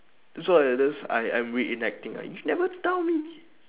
sorry uh this I I'm reenacting ah you never tell me